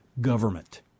government